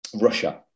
Russia